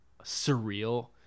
surreal